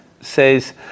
says